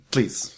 Please